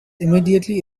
immediately